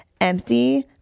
empty